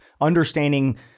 understanding